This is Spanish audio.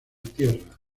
tierra